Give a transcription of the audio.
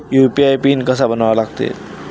UPI PIN कसा बनवा लागते?